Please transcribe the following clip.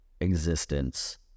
existence